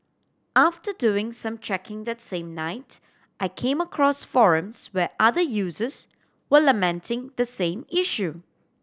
after doing some checking that same night I came across forums where other users were lamenting the same issue